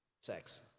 sex